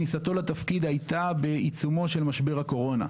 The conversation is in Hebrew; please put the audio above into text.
כניסתו לתפקיד הייתה בעיצומו של משבר הקורונה.